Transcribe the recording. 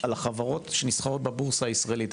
על החברות שנסחרות בבורסה הישראלית,